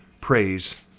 Praise